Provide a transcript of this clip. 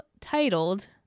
titled